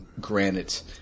granite